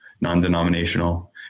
non-denominational